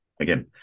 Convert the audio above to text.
again